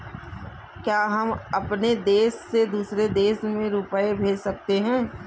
क्या हम अपने देश से दूसरे देश में रुपये भेज सकते हैं?